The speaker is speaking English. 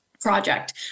project